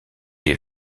est